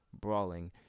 brawling